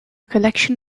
collection